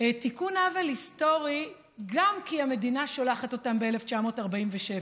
תיקון עוול היסטורי גם כי המדינה שולחת אותם ב-1947,